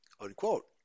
Unquote